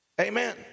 Amen